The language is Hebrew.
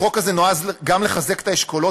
החוק הזה נועד גם לחזק את האשכולות